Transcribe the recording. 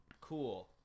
Cool